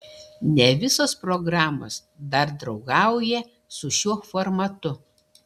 ne visos programos dar draugauja su šiuo formatu